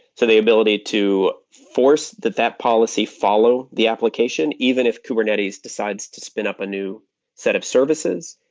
so the ability to force that that policy follow the application, even if kubernetes decides to spin up a new set of services,